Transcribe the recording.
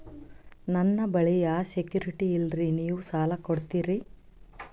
ನನ್ನ ಬಳಿ ಯಾ ಸೆಕ್ಯುರಿಟಿ ಇಲ್ರಿ ನೀವು ಸಾಲ ಕೊಡ್ತೀರಿ?